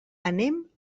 anem